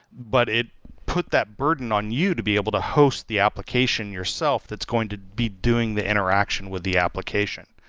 but it put that burden on you to be able to host the application yourself that's going to be doing the interaction with the application.